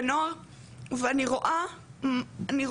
ואת זה שאין מה לעשות.